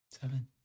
seven